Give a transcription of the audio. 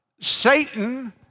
Satan